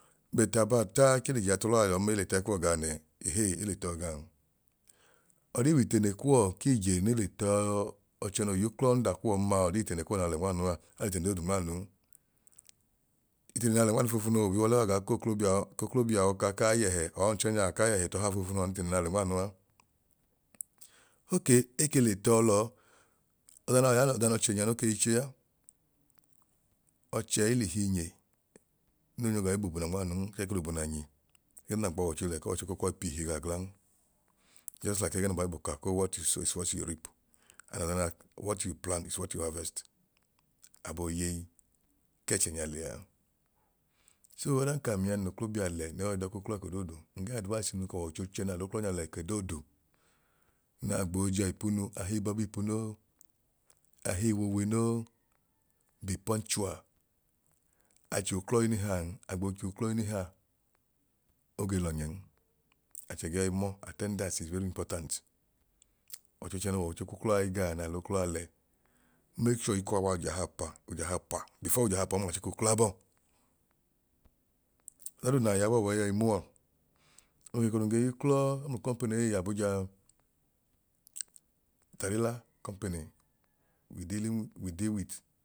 But abaa taa nke l'ijea t'ulọya lọọn ma ele tẹẹkuwọ gaa nẹẹ ehee ele tọọ gaan, ọdi w'itene kuwọ k'ije ne le tọọ ọchẹ noo y'klọ under kuwọn ma ọdi itene kunu naa lẹ nmaanua? Alitene doodu nmaanun. Itene naa le nmaanu foofunua obi w'ọlẹ wa gaa k'oklobia ọka kai yẹhẹ or ọnchọnyaa kai yẹhẹ t'ọha foofunu a itene naa lẹ nmaanua. Okay eke le tọọ lọọ ọda naa ya ọda n'ọchẹ nyia no kei chea. Ọchẹi l'ihi nyi noi nyọ gai boobuna nmaaun chẹẹ ke l'obuna nyi ẹgẹduu naa gb'ọwọicho lẹ k'ọwọicho koo kwọi piihi gaa glan just like ẹgẹẹ n'ubaibu koo what you sow is what you reap what you plant is what you harvest abooyeyi k'ẹchẹ nya lẹa. So odan k'amia nloklobia lẹ no yọi dọ k'uklọ ekodoodu nge advice'inu k'ọwọicho chẹ naa l'uklọ nya lẹ ekodoodu naa gboo je ipunu ahii b'ọbiipu noo ahii w'uwi noo be punctual, achuuklọ anyhow'n, agboo chu uklọ any how ogee lọnyẹn achẹ ge wai mọọ attendance is very important. Ocho chẹ n'ọwọicho k'uklọa gaa naa l'uklọ a le make sure iko awaa ojahaapa, ojahaapa before ojahaapa ọmaa achiko kla bọọ ọdadoodu na ya bọọ eyọi mu wọ. Ohi iko nun ge y'uklọ mẹmlu company ei abuja tarila company